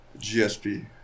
GSP